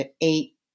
eight